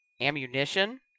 Ammunition